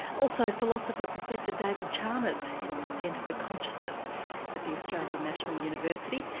also, philosopher professor david chalmers, head of the centre of consciousness at the australian national university.